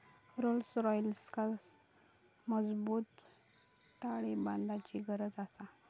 Rolls रॉइसका मजबूत ताळेबंदाची गरज आसा